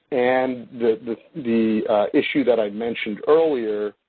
and the the issue that i mentioned earlier,